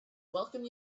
welcome